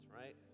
right